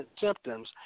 symptoms